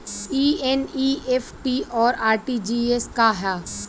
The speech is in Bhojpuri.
ई एन.ई.एफ.टी और आर.टी.जी.एस का ह?